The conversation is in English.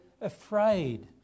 afraid